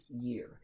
year